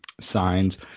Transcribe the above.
signs